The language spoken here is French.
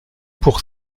pour